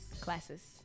classes